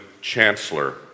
chancellor